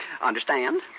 Understand